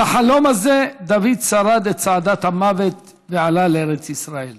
עם החלום הזה דוד שרד בצעדת המוות ועלה לארץ ישראל.